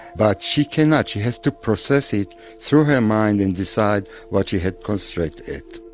but she cannot. she has to process it through her mind, and decide what she had concentrate at.